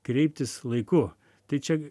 kreiptis laiku tai čia